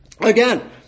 again